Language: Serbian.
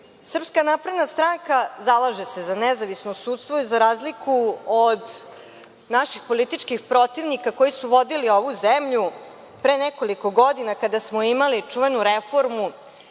Srpska napredna stranka zalaže se za nezavisno sudstvo i za razliku od naših političkih protivnika koji su vodili ovu zemlju, pre nekoliko godina kada smo imali čuvenu reformu